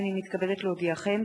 הנני מתכבדת להודיעכם,